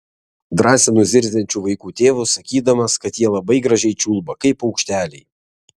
drąsinu zirziančių vaikų tėvus sakydamas kad jie labai gražiai čiulba kaip paukšteliai